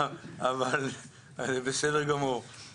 אבל מאות בתים מאושרים שם,